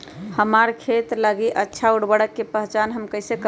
हमार खेत लागी अच्छा उर्वरक के पहचान हम कैसे करवाई?